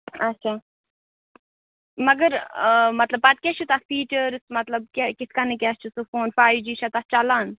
اچھا مگر مطلب پَتہٕ کیٛاہ چھِ تَتھ فیٖچٲرٕز مطلب کیٛاہ کِتھ کَنہٕ کیٛاہ چھِ سُہ فون فایِو جی چھا تَتھ چَلان